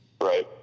Right